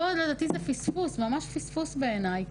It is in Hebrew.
פה לדעתי זה פספוס, ממש פספוס בעיניי.